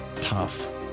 tough